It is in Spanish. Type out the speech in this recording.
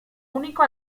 único